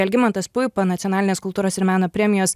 algimantas puipa nacionalinės kultūros ir meno premijos